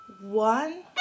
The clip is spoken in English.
one